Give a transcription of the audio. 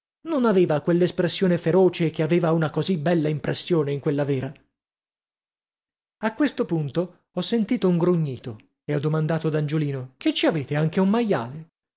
non aveva quell'espressione feroce che faceva una così bella impressione in quella vera a questo punto ho sentito un grugnito e ho domandato ad angiolino che ci avete anche un maiale